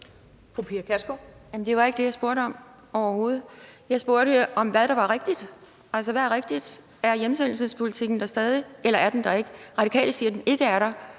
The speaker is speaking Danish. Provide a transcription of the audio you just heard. ikke det, jeg spurgte om. Jeg spurgte om, hvad der var rigtigt; altså hvad er rigtigt: Er hjemsendelsespolitikken der stadig, eller er den der ikke? Radikale siger, at den ikke er der.